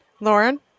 Lauren